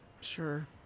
Sure